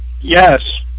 Yes